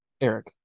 Eric